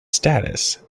status